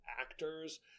actors